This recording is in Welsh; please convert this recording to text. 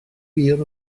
byr